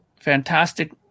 fantastic